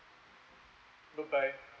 goodbye